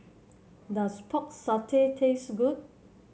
does Pork Satay taste good